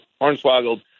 hornswoggled